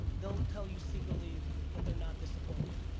they'll tell you secretly that they're not disappointed.